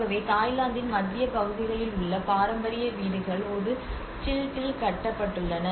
ஆகவே தாய்லாந்தின் மத்திய பகுதிகளில் உள்ள பாரம்பரிய வீடுகள் ஒரு ஸ்டில்ட்டில் கட்டப்பட்டுள்ளன